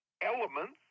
elements